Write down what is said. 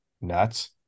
nuts